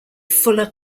fuller